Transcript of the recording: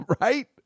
right